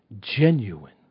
genuine